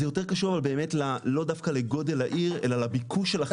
זה יותר קשור אבל באמת לא דווקא לגודל העיר אלא לביקוש של החניה.